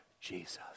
Jesus